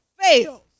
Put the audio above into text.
fails